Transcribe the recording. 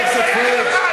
תתבייש לך.